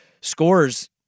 scores